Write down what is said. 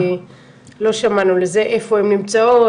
איפה הן נמצאות?